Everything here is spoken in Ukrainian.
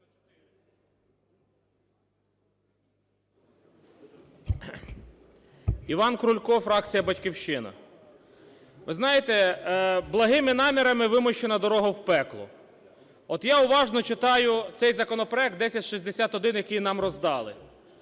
Іван Крулько, фракція "Батьківщина". Ви знаєте, благими намірами вимощена дорога в пекло. От я уважно читаю цей законопроект 1061, який нам роздали,